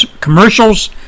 commercials